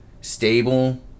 stable